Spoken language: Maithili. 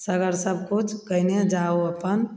सगर सब कुछ कयने जाउ अपन